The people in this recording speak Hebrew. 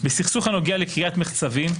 בסכסוך הנוגע לכריית מחצבים,